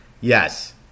Yes